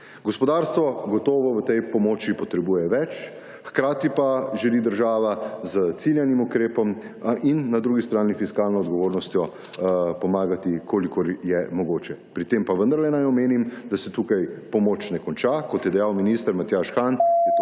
Gospodarstvo gotovo v tej pomoči potrebuje več. Hkrati pa želi država s ciljanim ukrepom in na drugi strani fiskalno odgovornostjo pomagati, kolikor je mogoče. Pri tem pa vendarle naj omenim, da se tukaj pomoč ne konča, kot je dejal minister Matjaž Han,